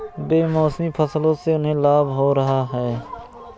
बेमौसमी फसलों से उन्हें लाभ हो रहा है